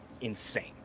insane